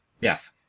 Yes